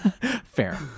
Fair